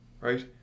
right